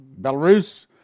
Belarus